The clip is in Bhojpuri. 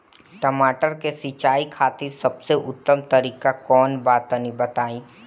टमाटर के सिंचाई खातिर सबसे उत्तम तरीका कौंन बा तनि बताई?